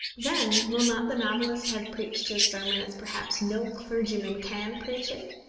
then will not the novelist have preached his sermon as perhaps no clergyman can preach it?